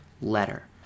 letter